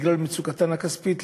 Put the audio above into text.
בגלל מצוקתן הכספית,